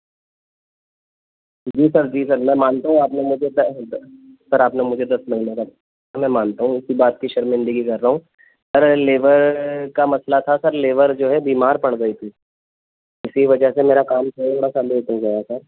جی sir جی sir میں مانتا ہوں آپ نے مجھے سر آپ نے مجھے دس مہینے کا میں مانتا ہوں اسی بات کی شرمندگی کر رہا ہوں سر لیبر کا مسئلہ تھا سر لیبر جو ہے بیمار پڑ گئی تھی اسی وجہ سے میرا کام سمیٹ مل گیا تھا